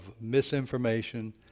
misinformation